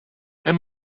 and